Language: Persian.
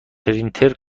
پرینتر